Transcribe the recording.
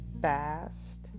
fast